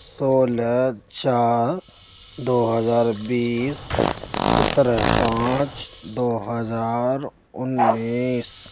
سولہ چار دو ہزار بیس سترہ پانچ دو ہزار انیس